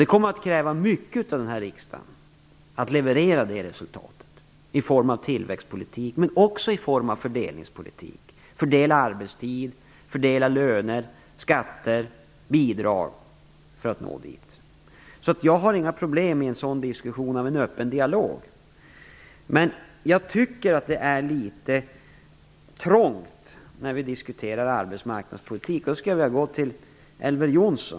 Det kommer att kräva mycket av den här riksdagen att leverera det resultatet, i form av tillväxtpolitik men också i form av fördelningspolitik - fördelad arbetstid, fördelade löner, skatter och bidrag. Jag har inga problem med en diskussion i form av en öppen dialog. Men jag tycker att det är litet "trångt" när vi diskuterar arbetsmarknadspolitik. Jag skulle därför vilja vända mig till Elver Jonsson.